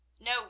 No